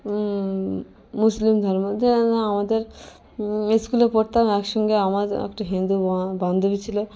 মুসলিম ধর্ম যেন আমাদের স্কুলে পড়তাম একসঙ্গে আমার একটা হিন্দু বান্ধবী ছিল